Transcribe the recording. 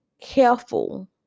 careful